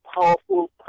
powerful